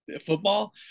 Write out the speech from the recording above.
football